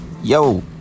Yo